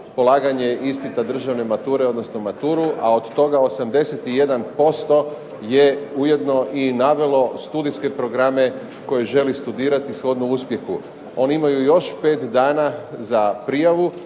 polaganje ispita državne mature, odnosno maturu a od toga 81% je ujedno i navelo studijske programe koji želi studirati shodno uspjehu. Oni imaju još pet dana za prijavu,